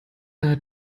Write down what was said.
daher